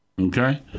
Okay